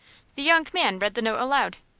the young man read the note aloud.